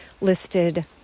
listed